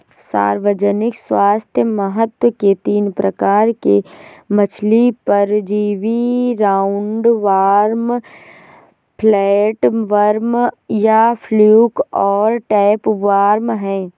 सार्वजनिक स्वास्थ्य महत्व के तीन प्रकार के मछली परजीवी राउंडवॉर्म, फ्लैटवर्म या फ्लूक और टैपवार्म है